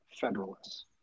Federalists